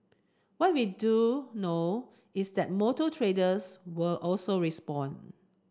what we do know is that motor traders will also respond